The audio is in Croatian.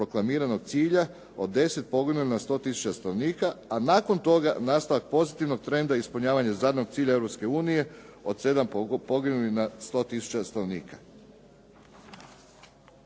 proklamiranog cilja od 10 poginulih na 100 tisuća stanovnika, a nakon toga nastavak pozitivnog trenda ispunjavanja zadanog cilja Europske unije od 7 poginulih na 100 tisuća stanovnika.